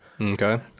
Okay